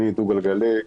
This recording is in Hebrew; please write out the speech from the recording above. מדו-גלגלי,